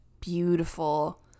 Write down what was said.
beautiful